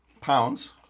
pounds